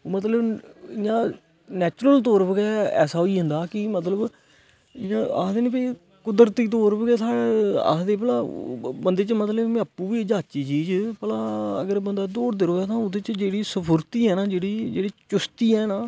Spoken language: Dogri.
मतलब इयां नैचरल तौर गै ऐसा होई जंदा मतलब आक्खदे ना कि भाई कुदरती तौर उप्पर साढ़े आक्खदे भला बंदे च मतलब में आपू बी जांची चीज भला अगर बंदा दौड़दा रवे ना ओहदे च जेहड़ी सफुर्ती है ना जेहड़ी चुसती है ना